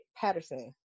Patterson